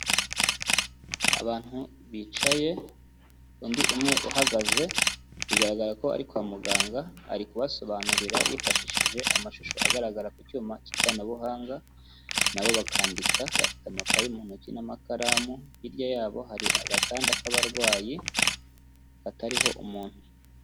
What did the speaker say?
Abantu bicaye undi umwe uhagaze, bigaragara ko ariko kwa muganga ari kubasobanurira yifashishije amashusho agaragara ku cyuma k'ikoranabuhanga, nabo bakandika bafite amakaye mu ntoki n'amakaramu, hirya yabo hari agakanda k'abarwayi katariho umuntu.